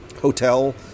Hotel